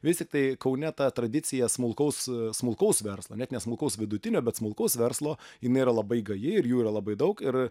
vis tiktai kaune ta tradicija smulkaus smulkaus verslo net ne smulkaus vidutinio bet smulkaus verslo jinai yra labai gaji ir jų yra labai daug ir